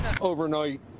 Overnight